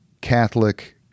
Catholic